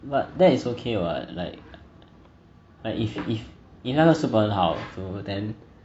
but that is okay what like like if if if 那个 super 好 you know then